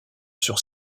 sur